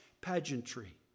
pageantry